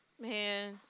Man